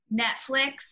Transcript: Netflix